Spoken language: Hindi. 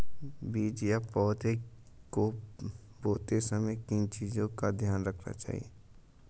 बीज या पौधे को बोते समय किन चीज़ों का ध्यान रखना चाहिए?